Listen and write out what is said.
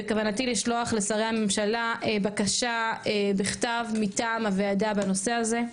בכוונתי לשלוח לשרי הממשלה בקשה בכתב מטעם הוועדה בנושא הזה.